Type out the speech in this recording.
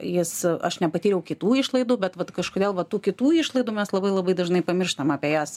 jis aš nepatyriau kitų išlaidų bet vat kažkodėl va tų kitų išlaidų mes labai labai dažnai pamirštam apie jas